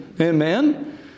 Amen